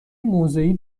موضعی